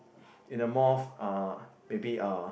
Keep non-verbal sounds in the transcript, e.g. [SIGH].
in a more uh [NOISE] maybe uh